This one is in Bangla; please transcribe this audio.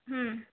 হুম